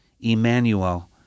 Emmanuel